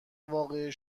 واقعی